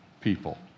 people